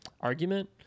argument